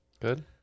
Good